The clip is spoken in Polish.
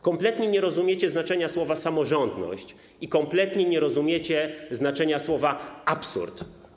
Kompletnie nie rozumiecie znaczenia słowa ˝samorządność˝ i kompletnie nie rozumiecie znaczenia słowa ˝absurd˝